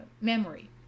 memory